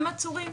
גם עצורים.